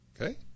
Okay